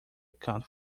account